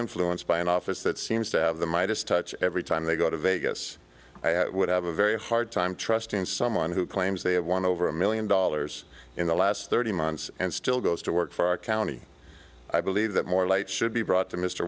influenced by an office that seems to have the midas touch every time they go to vegas i would have a very hard time trusting someone who claims they have won over a million dollars in the last thirty months and still goes to work for our county i believe that more light should be brought to mr